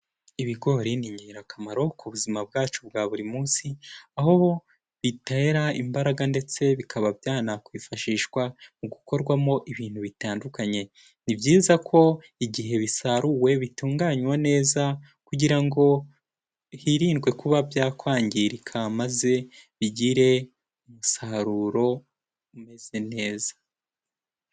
Ibigori ni ingirakamaro ku buzima bwacu bwa buri munsi, aho bitera imbaraga ndetse bikaba byanakwifashishwa mu gukorwamo ibintu bitandukanye. Ni byiza ko igihe bisaruwe bitunganywa neza kugira ngo hirindwe kuba byakwangirika maze bigire umusaruro umeze neza.